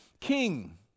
king